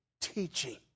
Teaching